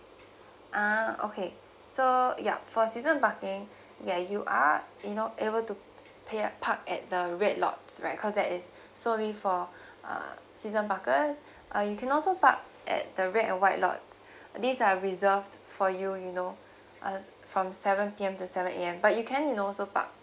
ah okay so ya for season parking ya you are you know able to pay uh park at the red lots right cause that is solely for uh season parkers uh you can also park at the red white lots these are reserved for you you know uh from seven P_M to seven A_M but you can you know also park